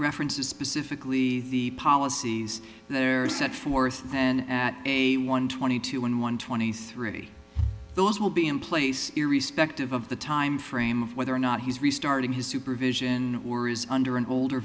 references specifically the policies they're set forth and at a one twenty two and one twenty three those will be in place irrespective of the timeframe of whether or not he's restarting his supervision or is under an older